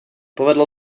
povedlo